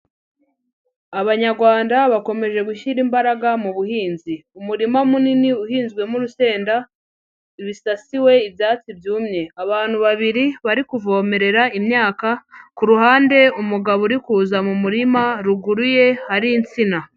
Abanyarwanda bakomeje gushyira imbaraga mu buhinzi. Umurima munini uhinzwemo urusenda rusasiwe ibyatsi byumye. Abantu babiri bari kuvomerera imyaka, ku ruhande umugabo uri kuza mu murima, ruguru ye hari insina.